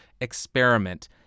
experiment